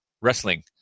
Wrestling